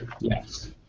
Yes